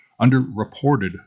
underreported